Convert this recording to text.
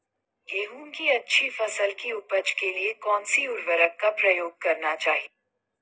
गेहूँ की अच्छी फसल की उपज के लिए कौनसी उर्वरक का प्रयोग करना चाहिए?